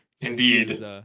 Indeed